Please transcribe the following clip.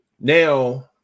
Now